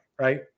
right